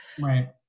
Right